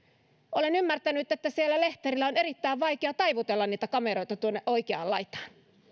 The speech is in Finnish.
olen ymmärtänyt että siellä lehterillä on erittäin vaikea taivutella kameroita tuonne oikeaan laitaan